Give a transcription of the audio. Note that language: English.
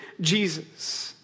Jesus